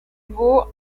vaut